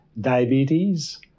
diabetes